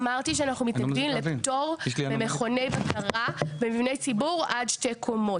אמרתי שאנחנו מתנגדים לפטור ממכוני בקרה במבני ציבור עד שתי קומות.